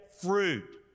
fruit